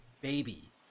baby